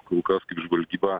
kol kas kaip žvalgyba